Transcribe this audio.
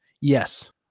Yes